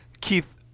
Keith